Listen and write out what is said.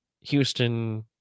Houston